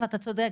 ואתה צודק,